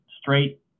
straight